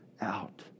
out